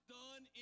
done